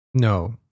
No